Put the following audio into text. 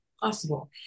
possible